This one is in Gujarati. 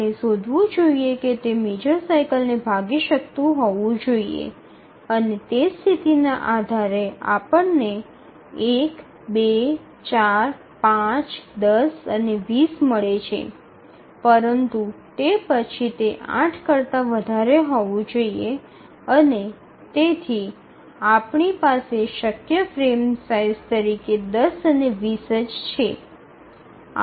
આપણે શોધવું જોઈએ કે તે મેજર સાઇકલને ભાગી શકતું હોવું જોઈએ અને તે સ્થિતિના આધારે આપણને ૧ ૨ ૪ ૫ ૧0 અને ૨0 મળે છે પરંતુ તે પછી તે ૮ કરતા વધારે હોવું જોઈએ અને તેથી આપણી પાસે શક્ય ફ્રેમ સાઇઝ તરીકે ૧0 અને ૨0 જ છે